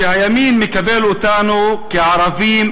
שהימין מקבל אותנו כערבים,